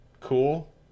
Cool